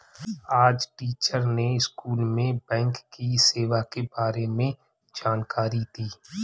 आज टीचर ने स्कूल में बैंक की सेवा के बारे में जानकारी दी